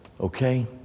Okay